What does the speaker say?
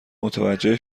متوجه